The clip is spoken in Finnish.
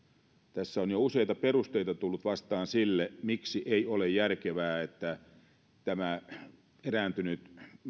tässä on jo useita perusteita tullut vastaan sille miksi ei ole järkevää että tämä erääntyneen